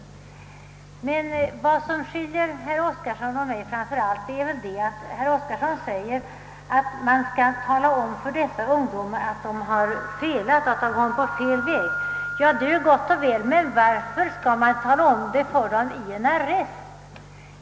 Vad som framför allt skiljer herr Oskarson och mig är inte att herr Oskarson vill att man skall tala om för dessa ungdomar att de kommit på fel väg — det anser jag också att man bör göra — utan det är att herr Oskarson vill att man skall tala om det för dem i en arrest.